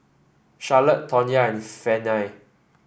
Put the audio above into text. Charlotte Tonya and Fannye